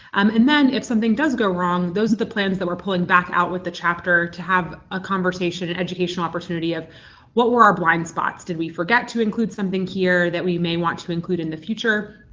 um and then if something does go wrong, those are the plans that we're pulling back out with the chapter to have a conversation an educational opportunity of what were our blind spots? did we forget to include something here that we may want to include in the future?